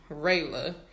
Rayla